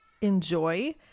enjoy